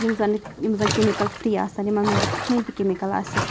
یِم زَن یِم زَن کیٚمِکَل فرٛی آسَن یِمَن منٛز نہٕ کٕہٕنۍ تہِ کیٚمِکَل آسہِ